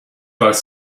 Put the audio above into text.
both